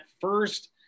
first